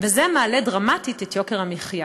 וזה מעלה דרמטית את יוקר המחיה.